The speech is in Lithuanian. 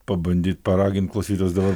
pabandyt paragint klausytis dabar